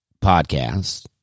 podcast